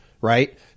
right